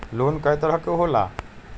Loan कय तरह के होला?